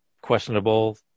questionable